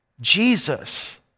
Jesus